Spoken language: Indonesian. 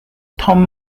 tom